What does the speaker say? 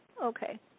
Okay